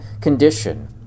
condition